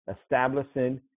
establishing